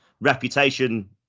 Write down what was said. reputation